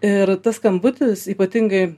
ir tas skambutis ypatingai